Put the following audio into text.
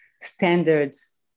standards